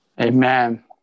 Amen